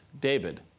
David